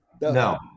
no